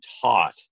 taught